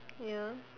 ya